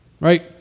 Right